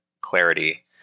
clarity